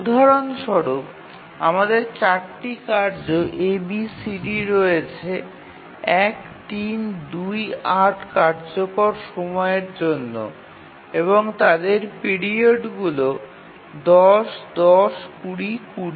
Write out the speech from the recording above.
উদাহরণ স্বরূপ আমাদের ৪টি কার্য A B C D set রয়েছে ১ ৩ ২ ৮ কার্যকর সময়ের জন্য এবং তাদের পিরিয়ডগুলি ১০ ১০ ২০ ২০